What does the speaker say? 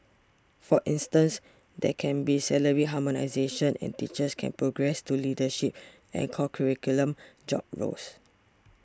for instance there can be salary harmonisation and teachers can progress to leadership and curriculum job roles